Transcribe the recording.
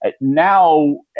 Now